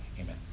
Amen